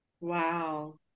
Wow